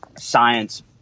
science